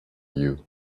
you